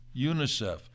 UNICEF